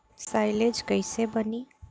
Silage कईसे बनी?